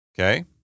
Okay